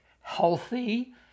healthy